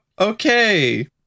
Okay